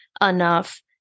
enough